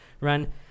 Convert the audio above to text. run